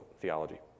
theology